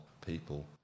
people